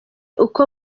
uko